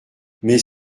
mais